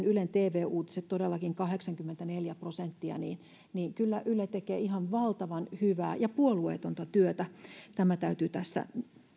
ylen tv uutiset todellakin kahdeksankymmentäneljä prosenttia niin niin kyllä yle tekee ihan valtavan hyvää ja puolueetonta työtä tätä täytyy tässä